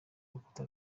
rukuta